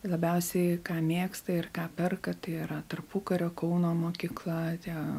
labiausiai ką mėgsta ir ką perkate tai yra tarpukario kauno mokykla tie